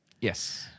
Yes